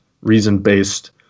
reason-based